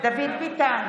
דוד ביטן,